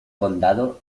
condado